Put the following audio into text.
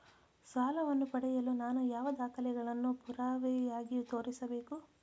ಸಾಲವನ್ನು ಪಡೆಯಲು ನಾನು ಯಾವ ದಾಖಲೆಗಳನ್ನು ಪುರಾವೆಯಾಗಿ ತೋರಿಸಬೇಕು?